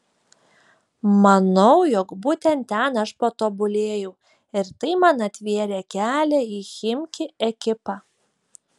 manau jog būtent ten aš patobulėjau ir tai man atvėrė kelią į chimki ekipą